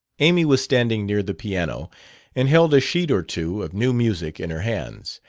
amy was standing near the piano and held a sheet or two of new music in her hands.